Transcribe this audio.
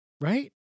right